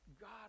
God